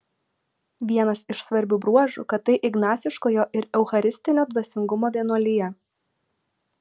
vienas iš svarbių bruožų kad tai ignaciškojo ir eucharistinio dvasingumo vienuolija